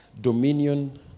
Dominion